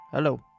Hello